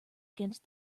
against